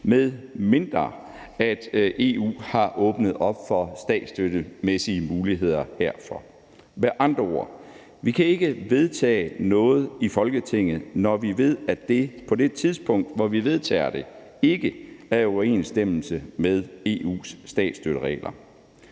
medmindre EU har åbnet op for statsstøttemuligheder herfor. Med andre ord kan vi ikke vedtage noget i Folketinget, når vi ved, at det, på det tidspunkt vi vedtager det, ikke er i overensstemmelse med EU's statsstøtteregler,